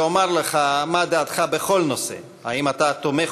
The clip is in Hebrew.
ואומר לך מה דעתך בכל נושא: האם אתה תומך,